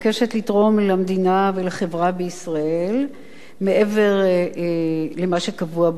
לתרום למדינה ולחברה בישראל מעבר למה שקבוע בחוק.